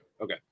Okay